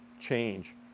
change